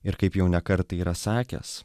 ir kaip jau ne kartą yra sakęs